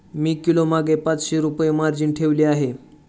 मी किलोमागे पाचशे रुपये मार्जिन ठेवली आहे